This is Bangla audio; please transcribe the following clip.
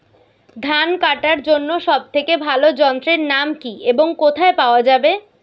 ধান কাটার জন্য সব থেকে ভালো যন্ত্রের নাম কি এবং কোথায় পাওয়া যাবে?